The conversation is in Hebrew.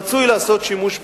רצוי לעשות שימוש במשורה,